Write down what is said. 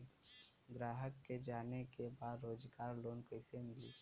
ग्राहक के जाने के बा रोजगार लोन कईसे मिली?